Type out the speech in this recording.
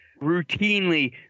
routinely